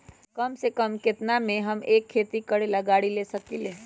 कम से कम केतना में हम एक खेती करेला गाड़ी ले सकींले?